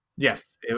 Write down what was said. Yes